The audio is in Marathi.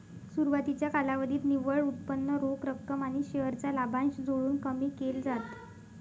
सुरवातीच्या कालावधीत निव्वळ उत्पन्न रोख रक्कम आणि शेअर चा लाभांश जोडून कमी केल जात